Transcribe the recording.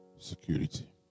security